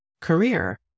career